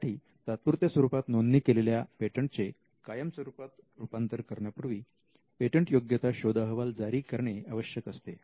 यासाठी तात्पुरत्या स्वरूपात नोंदणी केलेल्या पेटंटचे कायम स्वरूपात रूपांतर करण्यापूर्वी पेटंटयोग्यता शोध अहवाल जारी करणे आवश्यक असते